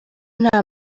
nta